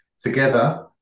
together